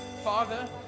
Father